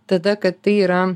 tada kad tai yra